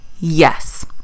yes